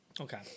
Okay